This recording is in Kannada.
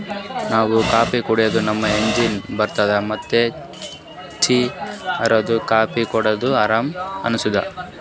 ಕಾಫೀ ಕುಡ್ಯದ್ರಿನ್ದ ನಮ್ಗ್ ಎನರ್ಜಿ ಬರ್ತದ್ ಮತ್ತ್ ಚಿಂತಿ ಇದ್ದೋರ್ ಕಾಫೀ ಕುಡದ್ರ್ ಆರಾಮ್ ಅನಸ್ತದ್